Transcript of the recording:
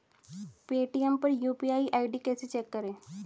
Paytm पर UPI ID कैसे check करें?